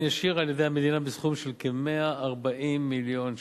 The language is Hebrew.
ישיר על-ידי המדינה בסכום של כ-140 מיליון ש"ח,